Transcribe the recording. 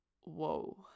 whoa